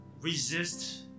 Resist